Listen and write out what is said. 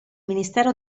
ministero